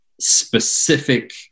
specific